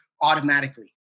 automatically